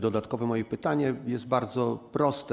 Dodatkowe moje pytanie jest bardzo proste.